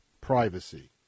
privacy